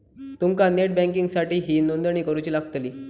तुमका नेट बँकिंगसाठीही नोंदणी करुची लागतली